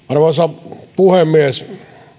arvoisa puhemies